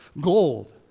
Gold